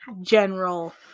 general